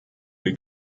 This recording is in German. die